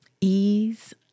ease